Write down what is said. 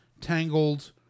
Tangled